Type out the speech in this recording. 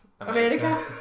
America